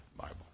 Bible